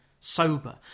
Sober